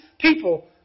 people